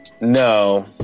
No